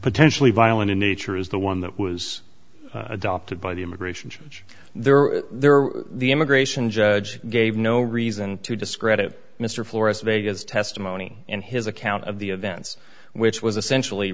potentially violent in nature is the one that was adopted by the immigration judge there there were the immigration judge gave no reason to discredit mr flores vegas testimony in his account of the events which was essentially